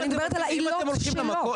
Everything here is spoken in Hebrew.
אני מדברת על העילות שלו.